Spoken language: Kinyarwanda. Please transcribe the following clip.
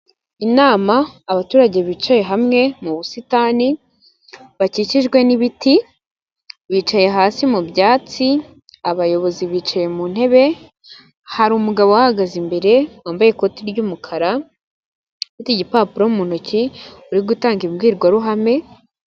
Inama abaturage bicaye hamwe mu busitani bakikijwe n'ibiti bicaye hasi mu byatsi, abayobozi bicaye mu ntebe, hariru umugabo uhagaze imbere wambaye ikoti ry'umukara, igipapuro mu ntoki uri gutanga imbwirwaruhame.